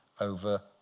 over